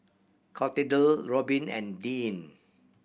Clotilde Robbin and Deann